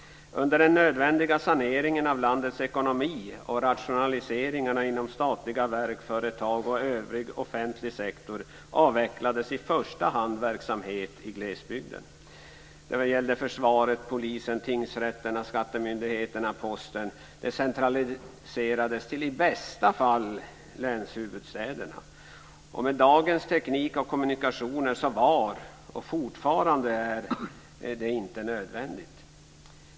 Under den nödvändiga saneringen av landets ekonomi och rationaliseringarna inom statliga verk, företag och övrig offentlig sektor avvecklades i första hand verksamheter i glesbygden. Det gäller försvaret, polisen, tingsrätterna, skattemyndigheterna och posten. Dessa centraliserades i bästa fall till länshuvudstäderna. Med dagens teknik och kommunikationer var det inte nödvändigt, och är det fortfarande inte.